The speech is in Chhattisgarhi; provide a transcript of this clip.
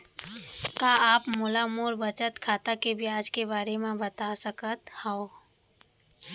का आप मोला मोर बचत खाता के ब्याज के बारे म बता सकता हव?